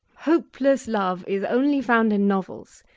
hopeless love is only found in novels.